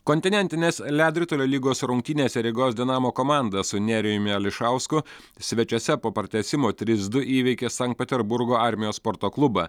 kontinentinės ledo ritulio lygos rungtynėse rygos dinamo komanda su nerijumi ališausku svečiuose po pratęsimo trys du įveikė sankt peterburgo armijos sporto klubą